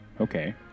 okay